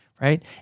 right